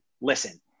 listen